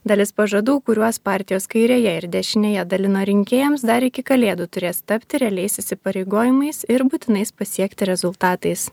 dalis pažadų kuriuos partijos kairėje ir dešinėje dalino rinkėjams dar iki kalėdų turės tapti realiais įsipareigojimais ir būtinais pasiekti rezultatais